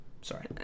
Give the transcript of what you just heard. Sorry